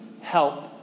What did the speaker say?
help